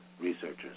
researchers